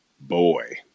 Boy